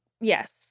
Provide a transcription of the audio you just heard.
yes